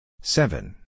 Seven